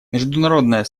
международное